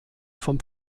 vom